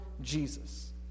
Jesus